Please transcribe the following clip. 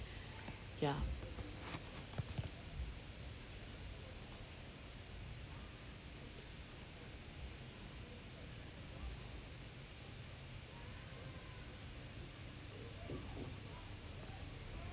ya